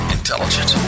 Intelligent